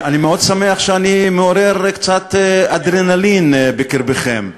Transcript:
אני מאוד שמח שאני מעורר קצת אדרנלין בקרבכם.